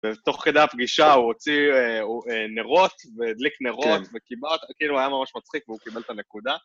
ותוך כדאי הפגישה הוא הוציא נרות, והדליק נרות וכיבה... כאילו, הוא היה ממש מצחיק והוא קיבל את הנקודה.